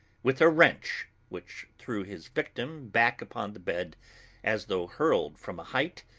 with a wrench, which threw his victim back upon the bed as though hurled from a height,